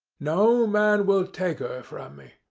no man will take her from me.